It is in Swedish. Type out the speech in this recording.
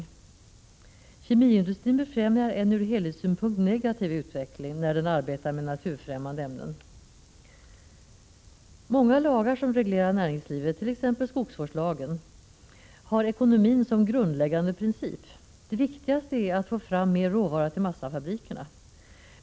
Den kemiska industrin befrämjar en ur helhetssynpunkt negativ utveckling när den arbetar med naturfrämmande ämnen. Många lagar som reglerar näringslivet, t.ex. skogsvårdslagen, har ekonomin som grundläggande princip. Det viktigaste är att få fram mer råvara till massafabrikerna.